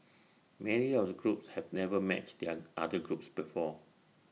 many of the groups have never met the young other groups before